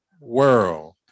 world